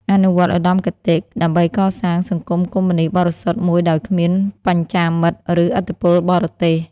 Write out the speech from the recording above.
អនុវត្តឧត្តមគតិគឺ ដើម្បីកសាងសង្គមកុម្មុយនិស្តបរិសុទ្ធមួយដោយគ្មាន បច្ចាមិត្ត ឬឥទ្ធិពលបរទេស។